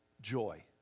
joy